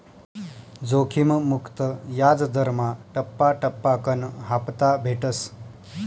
जोखिम मुक्त याजदरमा टप्पा टप्पाकन हापता भेटस